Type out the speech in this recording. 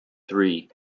three